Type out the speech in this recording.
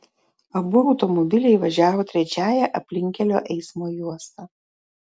abu automobiliai važiavo trečiąja aplinkkelio eismo juosta